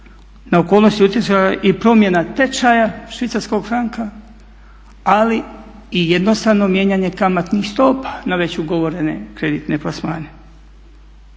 na okolnosti je utjecala i promjena tečaja švicarskog franka, ali i jednostavno mijenjanje kamatnih stopa na već ugovorene kreditne plasmane.